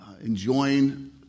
enjoying